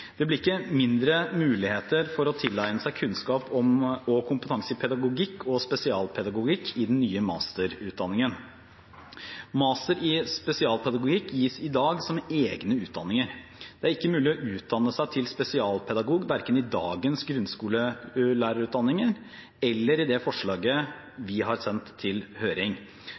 Det blir ikke færre muligheter til å tilegne seg kunnskap og kompetanse i pedagogikk og spesialpedagogikk i den nye masterutdanningen. Master i spesialpedagogikk gis i dag som egne utdanninger. Det er ikke mulig å utdanne seg til spesialpedagog verken i dagens grunnskolelærerutdanninger eller innenfor det forslaget vi har sendt til høring.